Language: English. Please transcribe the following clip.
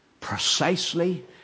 precisely